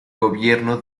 gobierno